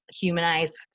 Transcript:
humanized